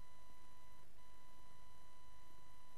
הגושים,